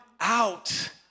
out